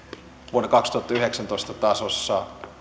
vuoden kaksituhattayhdeksäntoista tasossa